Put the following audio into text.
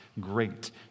great